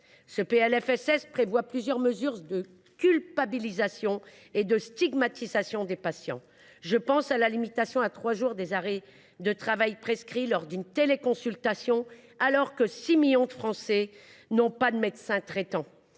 Ce PLFSS prévoit plusieurs mesures de culpabilisation et de stigmatisation des patients. Je pense à la limitation à trois jours de la durée des arrêts de travail prescrits lors d’une téléconsultation, alors que six millions de Français n’ont pas de médecin traitant.